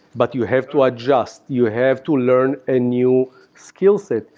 but you have to adjust. you have to learn a new skillset.